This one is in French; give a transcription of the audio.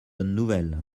nouvelle